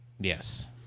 Yes